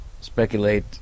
speculate